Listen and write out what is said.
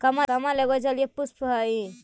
कमल एगो जलीय पुष्प हइ